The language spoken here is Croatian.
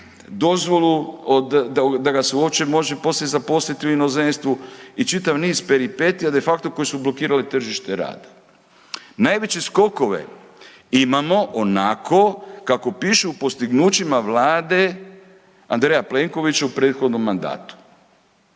dozvolu da ga se uopće može zaposliti poslije u inozemstvu i čitav niz peripetija de facto koji su blokirali tržište rada. Najveće skokove imamo onako kako piše u postignućima Vlade Andreja Plenkovića u prethodnom mandatu